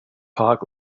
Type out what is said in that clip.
park